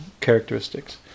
characteristics